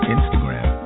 Instagram